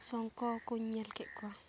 ᱥᱚᱝᱠᱷᱚ ᱠᱚᱧ ᱧᱮᱞ ᱠᱮᱫ ᱠᱚᱣᱟ